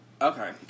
Okay